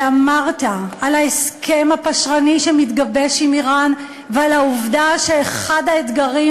ואמרת על ההסכם הפשרני שמתגבש עם איראן ועל העובדה שאחד האתגרים,